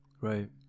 Right